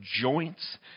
joints